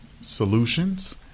solutions